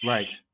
Right